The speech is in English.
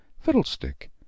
Fiddlestick